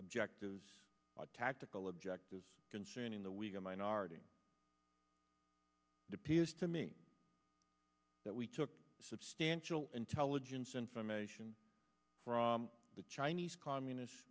objectives are tactical objectives concerning the weaker minority the peers to me that we took substantial intelligence information from the chinese communist